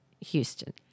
Houston